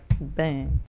Bang